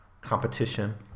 competition